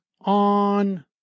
on